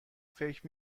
فکر